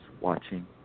watching